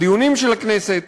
בדיונים של הכנסת,